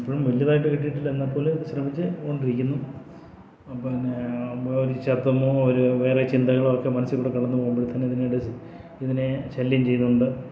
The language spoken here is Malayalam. ഇപ്പോഴും വലിയതായിട്ട് കിട്ടിയിട്ടില്ല എന്നാൽ പോലും ശ്രമിച്ച് കൊണ്ടിരിക്കുന്നു അപ്പം പിന്നെ ഒരു ശബ്ദമോ ഒരു വേറെ ചിന്തകളോ ഒക്കെ മനസ്സിൽക്കൂടെ കടന്ന് പോകുമ്പോഴത്തേന് ഇതിനിടെ ഇതിനെ ശല്യം ചെയ്തുകൊണ്ട്